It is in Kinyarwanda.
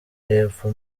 y’epfo